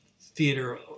theater